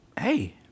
Hey